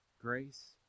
Grace